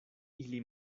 ili